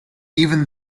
even